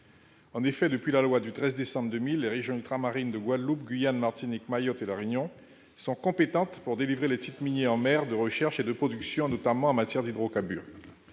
En effet, depuis la loi du 13 décembre 2000, les régions ultramarines de Guadeloupe, Guyane, Martinique, Mayotte et La Réunion sont compétentes pour délivrer les titres miniers en mer de recherche et de production, notamment en matière d'hydrocarbures.